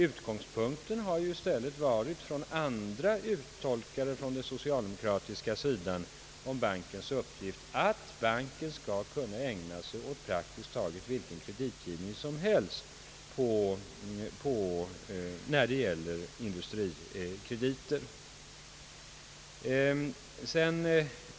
Utgångspunkten för andra uttolkare från den socialdemokratiska sidan har ju beträffande bankens uppgift gjort gällande att den skall kunna ägna sig åt praktiskt taget alla former av industrikreditgivning.